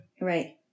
Right